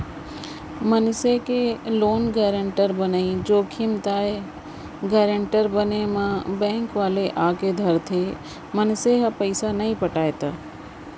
मनसे के loan guarantor बनई जोखिम ताय गारेंटर बने म बेंक वाले आके धरथे, मनसे ह पइसा नइ पटाय त